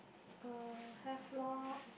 err have lor